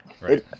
Right